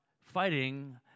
fighting